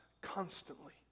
constantly